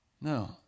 No